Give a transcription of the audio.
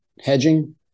hedging